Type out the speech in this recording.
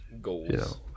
Goals